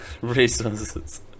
resources